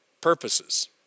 purposes